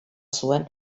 zuen